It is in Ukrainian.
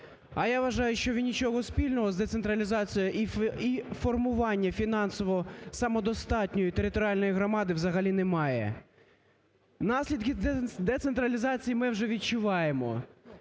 А я вважаю, що він нічого спільного з децентралізацією і формуванням фінансово самодостатньої територіальної громади взагалі немає. Наслідки децентралізації ми вже відчуваємо.